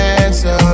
answer